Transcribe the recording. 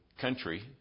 country